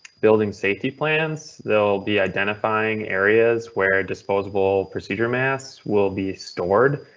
building safety plans, they'll be identifying areas where disposable procedural masks will be stored.